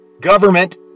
government